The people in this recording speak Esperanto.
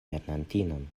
lernantinon